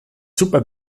super